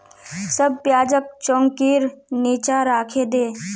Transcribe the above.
सब प्याजक चौंकीर नीचा राखे दे